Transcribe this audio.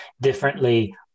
differently